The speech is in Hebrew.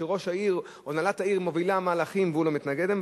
וראש העיר או הנהלת העיר מובילים מהלכים והוא לא מתנגד להם,